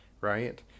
right